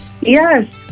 Yes